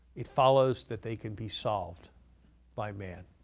it follows that they can be solved by man.